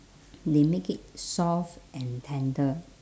they make it soft and tender